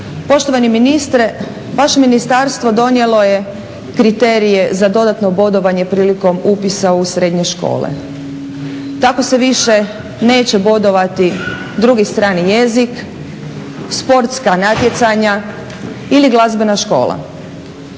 Poštovani ministre vaše ministarstvo donijelo je kriterije za dodatno bodovanje prilikom upisa u srednje škole. Tako se više neće bodovati drugi strani jezik, sportska natjecanja ili glazbena škola.